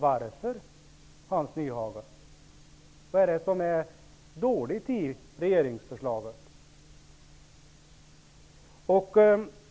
Varför, Hans Nyhage? Vad är dåligt i regeringsförslaget?